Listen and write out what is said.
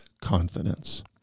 confidence